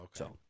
okay